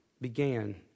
began